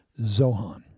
Zohan